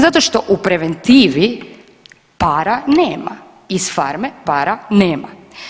Zato što u preventivi para nema, iz pharme para nema.